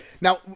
Now